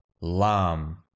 lam